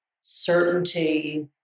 certainty